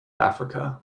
africa